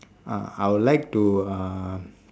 ah I would like to uh